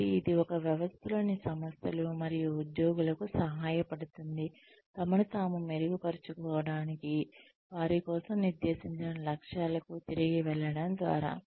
కాబట్టి ఇది ఒక వ్యవస్థలోని సంస్థలు మరియు ఉద్యోగులకు సహాయపడుతుంది తమను తాము మెరుగుపరుచుకోవటానికి వారి కోసం నిర్దేశించిన లక్ష్యాలకు తిరిగి వెళ్ళడం ద్వారా